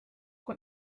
kui